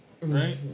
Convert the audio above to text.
Right